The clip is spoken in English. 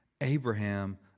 Abraham